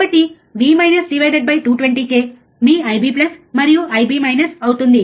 కాబట్టి V divided by 220 k మీ IB మరియు IB అవుతుంది